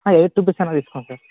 ఏది చూపిస్తానో తీసుకోండి సార్